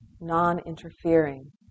non-interfering